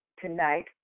tonight